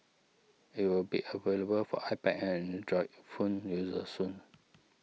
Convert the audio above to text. it will be available for iPad and Android phone users soon